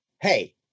hey